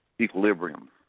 equilibrium